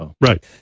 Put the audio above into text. Right